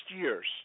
years